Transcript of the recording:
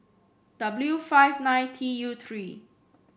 W five nine T U three